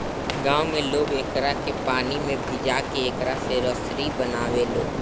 गांव में लोग एकरा के पानी में भिजा के एकरा से रसरी बनावे लालो